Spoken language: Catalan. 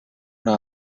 una